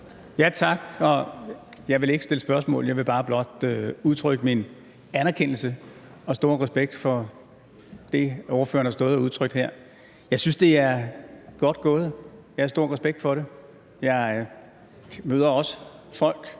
Tak. Jeg vil ikke stille spørgsmål. Jeg vil blot udtrykke min anerkendelse og store respekt for det, ordføreren har stået og udtrykt her. Jeg synes, det er godt gået, og jeg har stor respekt for det. Jeg møder også folk